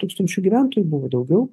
tūkstančių gyventojų buvo daugiau